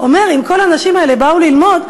אומר: אם כל האנשים האלה באו ללמוד,